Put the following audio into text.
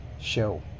Show